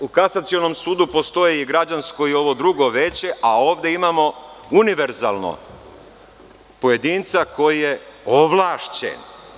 U Kasacionom sudu postoje i građansko i ovo drugo veće, a ovde imamo univerzalnog pojedinca koji je ovlašćen.